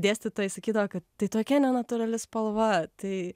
dėstytojai sakydavo kad tai tokia nenatūrali spalva tai